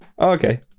okay